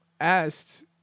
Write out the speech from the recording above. asked